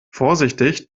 vorsichtig